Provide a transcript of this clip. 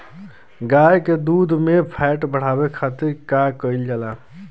गाय के दूध में फैट बढ़ावे खातिर का कइल जाला?